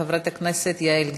חברת הכנסת יעל גרמן,